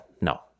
no